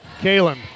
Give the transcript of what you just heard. Kalen